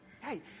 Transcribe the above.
Hey